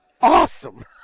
awesome